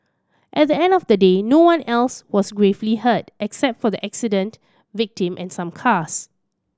at the end of the day no one else was gravely hurt except for the accident victim and some cars